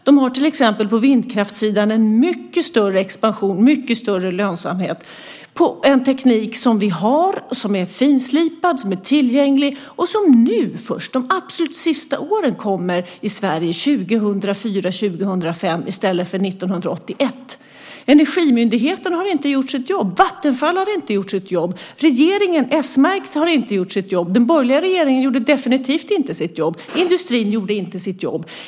De har till exempel på vindkraftsidan en mycket större expansion och en mycket större lönsamhet på en teknik som vi har, som är finslipad, som är tillgänglig och som först nu, de absolut senaste åren, 2004 och 2005, kommer i Sverige i stället för 1981. Energimyndigheten har inte gjort sitt jobb. Vattenfall har inte gjort sitt jobb. Regeringen, s-märkt, har inte gjort sitt jobb. Den borgerliga regeringen gjorde definitivt inte sitt jobb. Industrin gjorde inte sitt jobb.